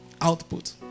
Output